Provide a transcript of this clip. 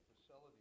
facility